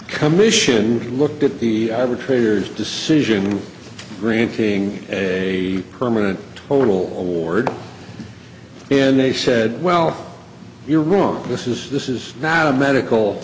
commission looked at the other traders decision granting a permanent total ward and they said well you're wrong this is this is not a medical